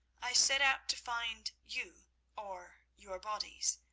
i set out to find you or your bodies.